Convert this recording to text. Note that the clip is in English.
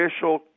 official